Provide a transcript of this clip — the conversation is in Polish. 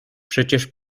przecież